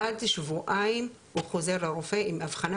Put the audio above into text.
עד שבועיים הוא חוזר לרופא עם אבחנה